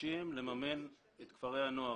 מתקשים לממן את כפרי הנוער.